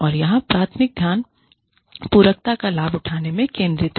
और यहां प्राथमिक ध्यान पूरकता का लाभ उठाने में केंद्रित है